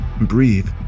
Breathe